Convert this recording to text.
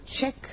check